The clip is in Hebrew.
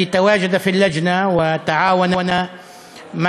שהיה נוכח בוועדה ושיתף פעולה עם